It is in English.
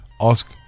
Ask